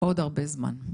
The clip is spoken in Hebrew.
עוד הרבה זמן".